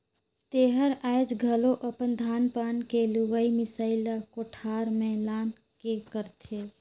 तेहर आयाज घलो अपन धान पान के लुवई मिसई ला कोठार में लान के करथे